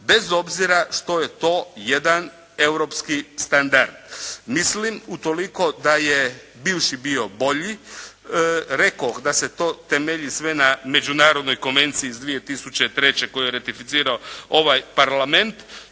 bez obzira što je to jedan europski standard. Mislim utoliko da je bivši bio bolji, rekoh da se to temelji sve na Međunarodnoj konvenciji iz 2003. koju je ratificirao ovaj Parlament.